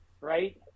right